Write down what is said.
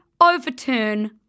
overturn